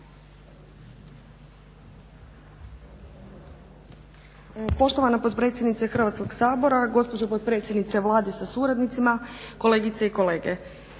Poštovana potpredsjednice Hrvatskog sabora, gospođo potpredsjednice Vlade sa suradnicima, kolegice i kolege.